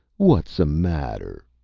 what's the matter?